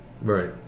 right